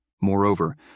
Moreover